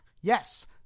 Yes